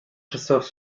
chasseurs